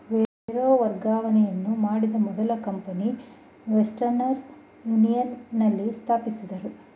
wire ವರ್ಗಾವಣೆಯನ್ನು ಮಾಡಿದ ಮೊದಲ ಕಂಪನಿ ವೆಸ್ಟರ್ನ್ ಯೂನಿಯನ್ ನಲ್ಲಿ ಸ್ಥಾಪಿಸಿದ್ದ್ರು